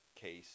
case